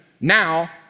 now